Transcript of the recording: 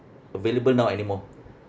available now anymore